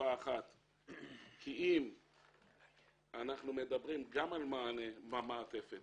כי אם אנחנו מדברים גם על מענה במעטפת